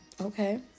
Okay